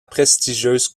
prestigieuse